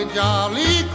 jolly